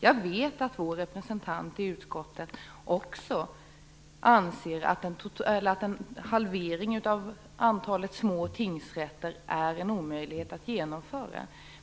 Jag vet att vår representant i utskottet anser att en halvering av antalet små tingsrätter är en omöjlighet att genomföra.